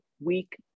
week